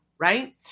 Right